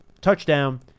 Touchdown